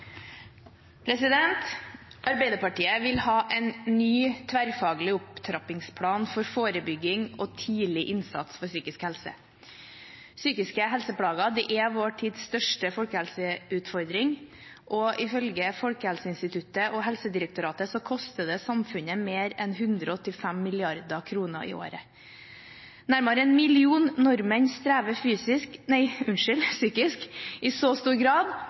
samme. Arbeiderpartiet vil ha en ny tverrfaglig opptrappingsplan for forebygging og tidlig innsats for psykisk helse. Psykiske helseplager er vår tids største folkehelseutfordring, og ifølge Folkehelseinstituttet og Helsedirektoratet koster det samfunnet mer enn 185 mrd. kr i året. Nærmere 1 million nordmenn strever psykisk i så stor grad